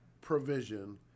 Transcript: provision